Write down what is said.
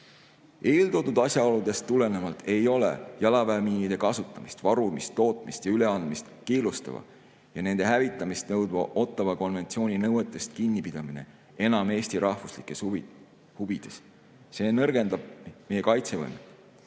asjaoludest tulenevalt ei ole jalaväemiinide kasutamist, varumist, tootmist ja üleandmist keelustava ja nende hävitamist nõudva Ottawa konventsiooni nõuetest kinnipidamine enam Eesti rahvuslikes huvides. See nõrgendab meie